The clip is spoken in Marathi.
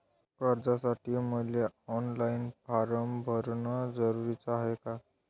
कर्जासाठी मले ऑनलाईन फारम भरन जरुरीच हाय का?